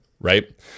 right